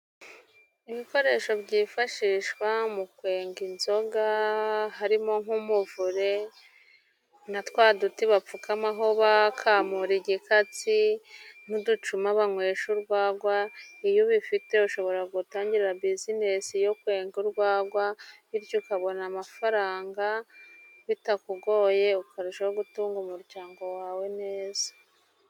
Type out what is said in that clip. Ibikoresho byifashishwa mu kwenga inzoga. Harimo nk'umuvure, na twa duti bapfukamaho bakamura igikatsi, n'uducuma banywesha urwagwa. Iyo ubifite ushobora gutangira bizinesi yo kwenga urwagwa .Bityo ukabona amafaranga bitakugoye, ukarushaho gutunga umuryango wawe neza.